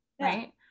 right